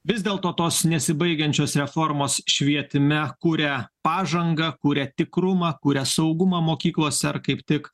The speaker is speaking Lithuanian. vis dėlto tos nesibaigiančios reformos švietime kuria pažangą kuria tikrumą kuria saugumą mokyklose ar kaip tik